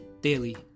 daily